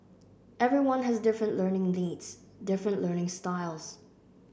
everyone has different learning needs different learning styles